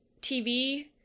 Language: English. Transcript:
TV